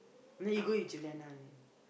and then you go with Juliana